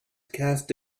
cast